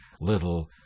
little